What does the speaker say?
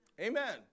Amen